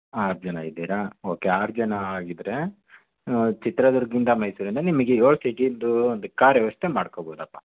ಆರು ಜನ ಇದ್ದೀರ ಓಕೆ ಆರು ಜನ ಆಗಿದ್ದರೆ ಚಿತ್ರದುರ್ಗ್ದಿಂದ ಮೈಸೂರೆಂದರೆ ನಿಮಗೆ ಏಳು ಸೀಟಿಂದು ಒಂದು ಕಾರ್ ವ್ಯವಸ್ಥೆ ಮಾಡ್ಕೋಬಹುದಪ್ಪ